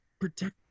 protect